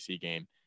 game